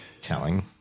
telling